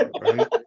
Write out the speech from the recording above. right